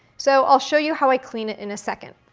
so i'll show you how i clean it in a second.